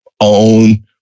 own